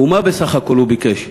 ומה בסך הכול הוא ביקש,